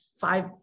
five